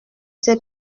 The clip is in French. ses